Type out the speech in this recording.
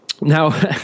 Now